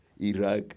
Iraq